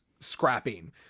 scrapping